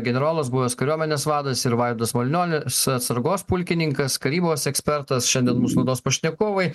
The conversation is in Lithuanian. generolas buvęs kariuomenės vadas ir vaidos malinionis atsargos pulkininkas karybos ekspertas šiandien mūsų laidos pašnekovai